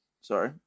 Sorry